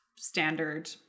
standard